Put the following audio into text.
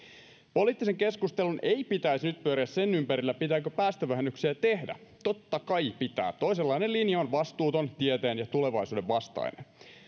poliittisen keskustelun ei pitäisi nyt pyöriä sen ympärillä pitääkö päästövähennyksiä tehdä totta kai pitää toisenlainen linja on vastuuton tieteen ja tulevaisuuden vastainen